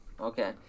Okay